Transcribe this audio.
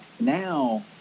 Now